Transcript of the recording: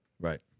Right